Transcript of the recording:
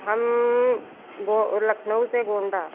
हम लखनऊ से गोंडा